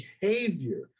behavior